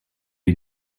you